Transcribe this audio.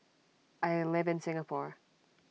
I live in Singapore